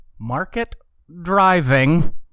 market-driving